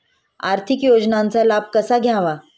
आर्थिक योजनांचा लाभ कसा घ्यावा?